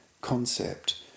Concept